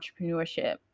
entrepreneurship